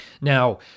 Now